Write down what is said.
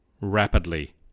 rapidly